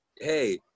hey